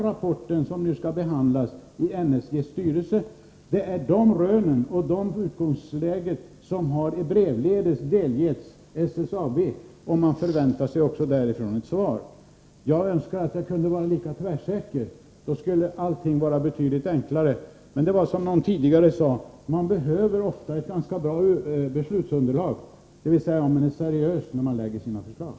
Rapporten skall nu behandlas i NSG:s styrelse, och de rön och det utgångsläge som där redovisas har brevledes delgivits SSAB. Man förväntar sig nu ett svar därifrån. Jag önskar att jag kunde vara lika tvärsäker som Måbrink. Då skulle allting vara betydligt enklare. Men, som någon tidigare sade, man behöver ofta ett ganska bra underlag, dvs. helt enkelt vara seriös, när man lägger fram sina förslag.